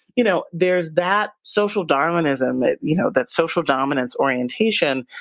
you know there's that social darwinism, that you know that social dominance orientation,